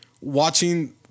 watching